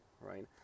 right